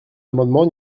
amendement